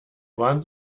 waren